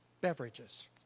beverages